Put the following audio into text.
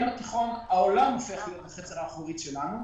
העולם הופך להיות החצר האחורית שלנו.